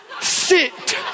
Sit